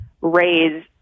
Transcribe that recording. raise